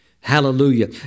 Hallelujah